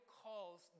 calls